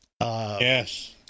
Yes